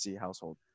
household